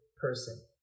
person